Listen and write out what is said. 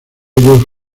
ellos